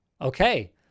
okay